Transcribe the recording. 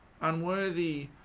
Unworthy